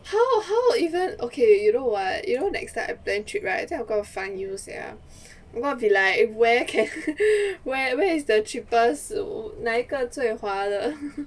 how how even okay you know what you know next time I plan trip right I think I'm gonna find you sia I'll be like where where where is the cheapest 哪一个最划的